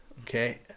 okay